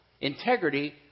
integrity